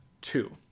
two